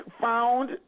found